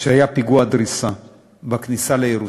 שהיה פיגוע דריסה בכניסה לירושלים,